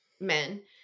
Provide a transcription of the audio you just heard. men